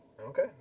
Okay